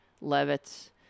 Levitt